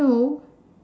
no